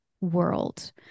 world